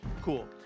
cool